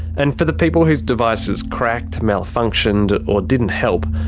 and for the people whose devices cracked, malfunctioned, or didn't help,